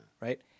Right